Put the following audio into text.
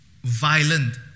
violent